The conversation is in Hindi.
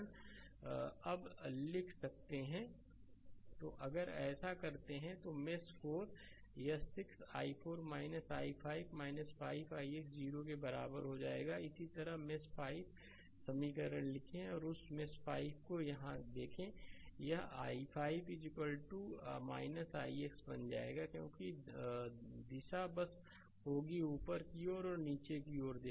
स्लाइड समय देखें 2606 तो अगर ऐसा करते हैं तो मेष 4 यह 6 i4 i5 5 ix 0 के बराबर हो जाएगा इसी तरह मेष 5 समीकरण लिखें और उस मेष5 को देखें यह i5 ix बन जाएगा क्योंकि दिशा बस होगी ऊपर की ओर और नीचे की ओर देखें